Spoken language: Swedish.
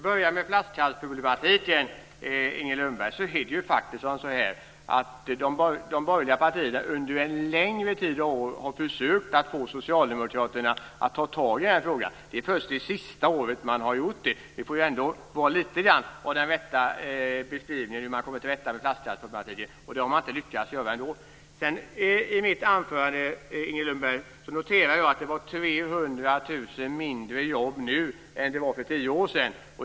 Fru talman! Jag vill börja med flaskhalsproblematiken. De borgerliga partierna har under en lägre tid försökt att få socialdemokraterna att ta itu med frågan. Det är först det senaste året man har gjort det. Man får ändå ge lite grann av den rätta beskrivningen av hur man kommer till rätta med flaskhalsproblematiken. Det har man inte lyckats med ändå. I mitt anförande noterade jag att det var 300 000 mindre jobb nu än för tio år sedan.